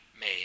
made